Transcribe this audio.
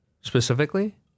specifically